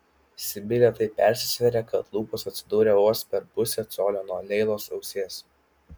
sibilė taip persisvėrė kad lūpos atsidūrė vos per pusę colio nuo leilos ausies